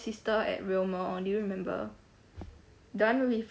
her sister at railmall do you remember then